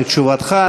לתשובתך.